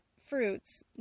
fruits